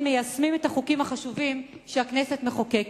מיישמות את החוקים החשובים שהכנסת מחוקקת.